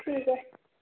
ٹھیک ہے